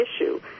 issue